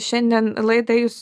šiandien laidą jūs